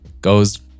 Goes